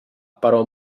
però